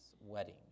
wedding